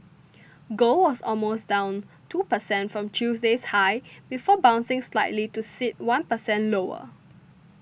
gold was down almost two percent from Tuesday's highs before bouncing slightly to sit one percent lower